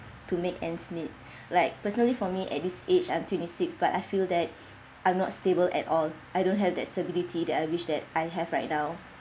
to make ends meet like personally for me at this age I'm twenty six but I feel that I'm not stable at all I don't have that stability that I wish that I have right now